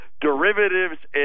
derivatives